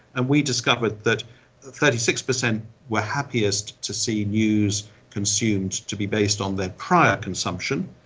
and we discovered that thirty six percent were happiest to see news consumed to be based on their prior consumption,